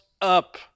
up